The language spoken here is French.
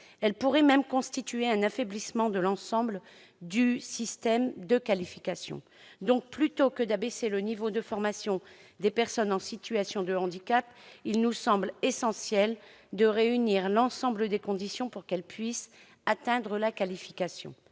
Elle pourrait même constituer un affaiblissement de l'ensemble du système de qualification. Plutôt que d'abaisser le niveau de formation des personnes en situation de handicap, il nous semble essentiel de réunir l'ensemble des conditions pour qu'elles puissent atteindre la qualification.